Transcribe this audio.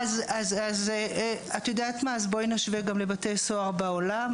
אז בואי נשווה גם לבתי סוהר בעולם.